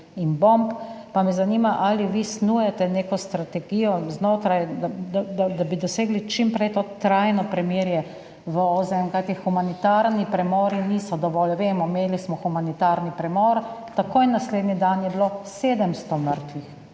in bomb. Zato me zanima: Ali snujete neko strategijo znotraj, da bi v OZN čim prej dosegli trajno premirje? Kajti humanitarni premori niso dovolj. Vemo, imeli smo humanitarni premor, takoj naslednji dan je bilo 700 mrtvih,